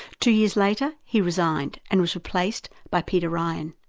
two years later he resigned and was replaced by peter ryan.